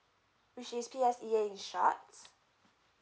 which is P_S_E_A in shorts